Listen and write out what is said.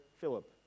Philip